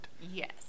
Yes